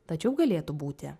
tačiau galėtų būti